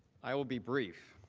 i will be brief,